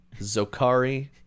Zokari